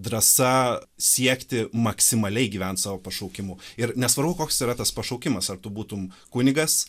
drąsa siekti maksimaliai gyvent savo pašaukimu ir nesvarbu koks yra tas pašaukimas ar tu būtum kunigas